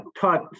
taught